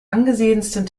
angesehensten